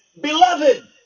beloved